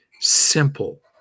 Simple